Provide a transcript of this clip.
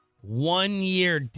one-year